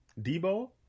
Debo